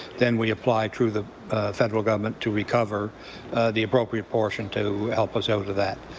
then we apply through the federal government to recover the appropriate portion to help us out of that.